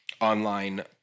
online